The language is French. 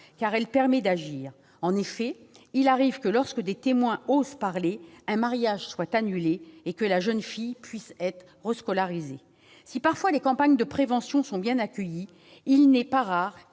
car elle permet d'agir. En effet, il arrive que, lorsque des témoins osent parler, un mariage soit annulé et que la jeune fille puisse être rescolarisée. Si parfois les campagnes de prévention sont bien accueillies, il n'est pas rare